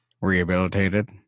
rehabilitated